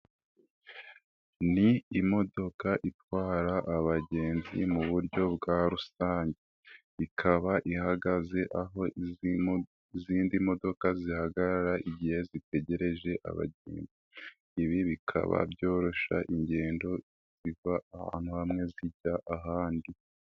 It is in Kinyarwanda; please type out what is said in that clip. Ni imodoka itwara abagenzi mu buryo bwa rusange. Ikaba ihagaze aho izindi modoka zihagarara igihe zitegereje abagenzi. Ibi bikaba byoroshya ingendo ziva ahantu bamwe zijya ahandi.